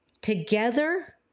together